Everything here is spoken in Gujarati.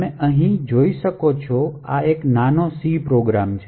તમે અહીં જોઈ શકો છો આ એક નાનો C પ્રોગ્રામ છે